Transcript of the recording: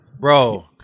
Bro